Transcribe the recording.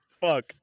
Fuck